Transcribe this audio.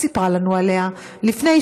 אנחנו עוברים להצעת חוק הבטחת הכנסה (הוראת שעה ותיקוני חקיקה)